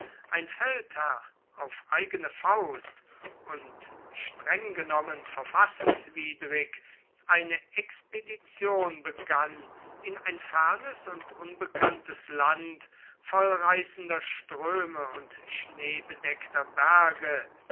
ein feldherr auf eigene faust und streng genommen verfassungswidrig eine expedition begann in ein fernes und unbekanntes land voll reißender ströme und schneebedeckter berge